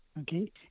okay